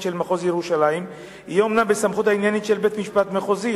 של מחוז ירושלים יהיה אומנם בסמכות העניינית של בית-משפט מחוזי,